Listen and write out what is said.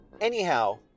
Anyhow